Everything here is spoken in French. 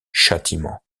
châtiment